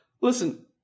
listen